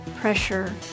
pressure